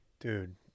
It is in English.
Dude